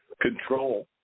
Control